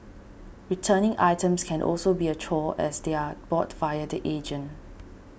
returning items can also be a chore as they are bought via the agent